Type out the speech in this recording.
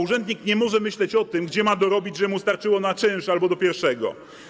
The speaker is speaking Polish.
Urzędnik nie może myśleć o tym, gdzie dorobić, żeby mu starczyło na czynsz albo do pierwszego.